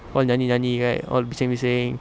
all nyanyi-nyanyi right all bising-bising